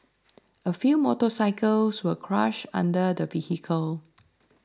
a few motorcycles were crushed under the vehicle